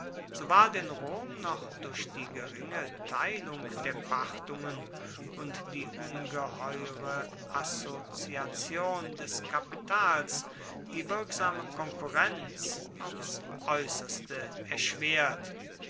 so ward in rom noch durch die geringe teilung der pachtungen und die ungeheure assoziation des kapitals die wirksame konkurrenz aufs äußerste erschwert